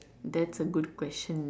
that's a good question